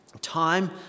Time